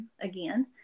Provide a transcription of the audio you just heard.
again